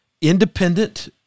independent